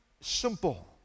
simple